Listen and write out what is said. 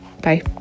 Bye